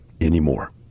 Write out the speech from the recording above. anymore